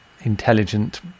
intelligent